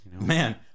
Man